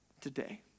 today